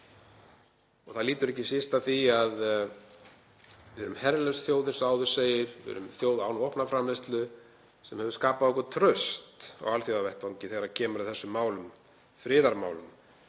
Það lýtur ekki síst að því að við erum herlaus þjóð, eins og áður segir, við erum þjóð án vopnaframleiðslu, sem hefur skapað okkur traust á alþjóðavettvangi þegar kemur að þessum málum, friðarmálum,